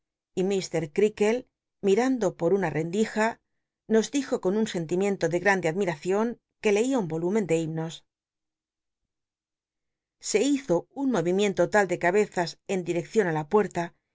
r creakle mirando por una rend ija nos dijo con un sentimiento ele grande admiracion que lria un olúmcn de himnos se hizo un mo imicnto tal de cabezas en dircccion de la puert